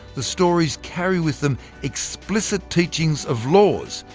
the stories carry with them explicit teachings of laws,